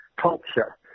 culture